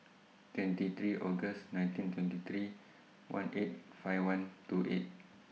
twenty three August nineteen twenty three one eight five one two eight